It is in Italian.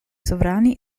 sovrani